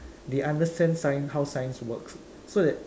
they understand science how science works so that